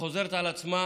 שחוזרת על עצמה,